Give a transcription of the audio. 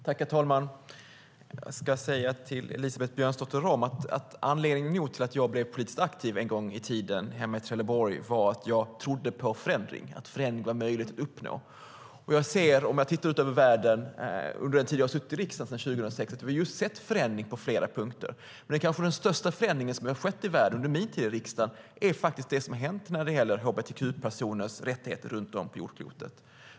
Herr talman! Jag ska säga till Elisabeth Björnsdotter Rahm att anledningen till att jag blev politiskt aktiv en gång i tiden hemma i Trelleborg var att jag trodde på förändring, att förändring var möjlig att uppnå. När jag tittar ut över världen ser jag att vi under den tid jag har suttit i riksdagen sedan 2006 just sett förändring på flera punkter. Den kanske största förändring som skett i världen under min tid i riksdagen är faktiskt det som har hänt med hbtq-personers rättigheter runt om på jordklotet.